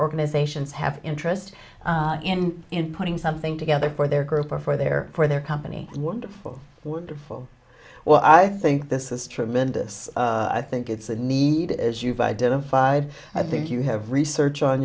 organizations have interest in putting something together for their group or for their for their company wonderful wonderful well i think this is tremendous i think it's a need as you've identified i think you have research on